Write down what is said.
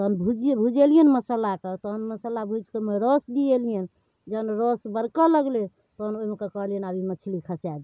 तहन भुज भुजलिए मसल्लाके तहन मसल्ला भुजिकऽ ओहिमे रस दिएलिअनि जहन रस बरकऽ लगलै तहन ओहिमेके कहलिअनि जे आब ई मछली खसा दिऔ